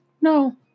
no